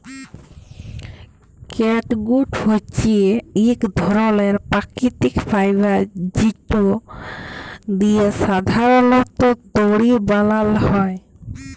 catgut হছে ইক ধরলের পাকিতিক ফাইবার যেট দিঁয়ে সাধারলত দড়ি বালাল হ্যয়